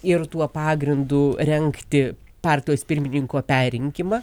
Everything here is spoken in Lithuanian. ir tuo pagrindu rengti partijos pirmininko perrinkimą